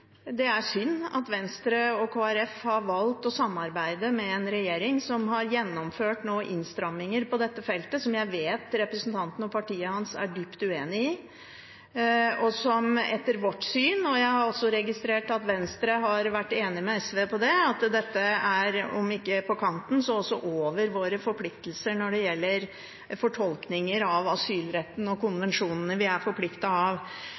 Det er synd at Venstre og Kristelig Folkeparti har valgt å samarbeide med en regjering som har gjennomført innstramminger på dette feltet, som jeg vet representanten og partiet hans er dypt uenig i, og som etter vårt syn, og jeg har også registrert at Venstre har vært enig med SV i det, ikke er på kanten, men over med hensyn til våre forpliktelser når det gjelder fortolkninger av asylretten og konvensjonene vi er forpliktet av.